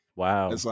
Wow